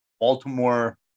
Baltimore